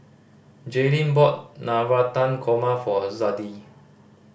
Jaelynn brought Navratan Korma for Zadie